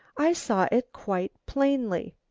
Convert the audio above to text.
i saw it quite plainly.